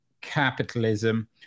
Capitalism